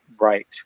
right